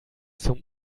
zum